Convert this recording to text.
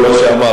זה לא מה שאמרת.